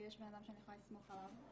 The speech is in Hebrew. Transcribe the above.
ושיש בנאדם שאני יכולה לסמוך עליו.